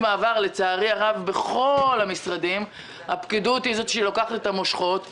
ולצערי הרב ממשלת מעבר בכל המשרדים הפקידות לוקחת את המושכות ומקשה.